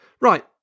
Right